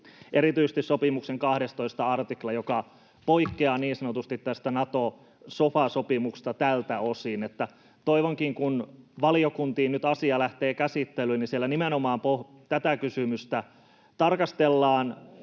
erityisesti sopimuksen 12 artikla, joka poikkeaa niin sanotusti tästä Nato-sofa-sopimuksesta tältä osin. Toivonkin, kun valiokuntiin nyt asia lähtee käsittelyyn, että siellä nimenomaan pohditaan tätä kysymystä, tarkastellaan